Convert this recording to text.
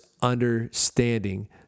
understanding